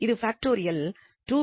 இது ஃபாக்டோரியல் ஆகும்